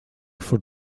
for